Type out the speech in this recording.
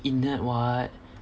[what]